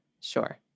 sure